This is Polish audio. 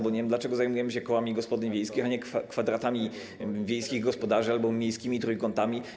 Bo nie wiem, dlaczego zajmujemy się kołami gospodyń wiejskich, a nie kwadratami wiejskich gospodarzy albo miejskimi trójkątami.